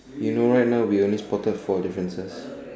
you know right now we only spotted four differences